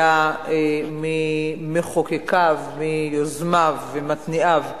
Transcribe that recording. היה ממחוקקיו, מיוזמיו ומתניעיו.